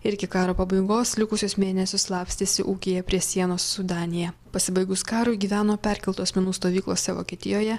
ir iki karo pabaigos likusius mėnesius slapstėsi ūkyje prie sienos su danija pasibaigus karui gyveno perkeltų asmenų stovyklose vokietijoje